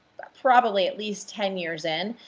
probably at least ten years in.